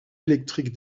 électrique